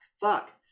fuck